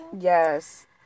yes